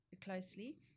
closely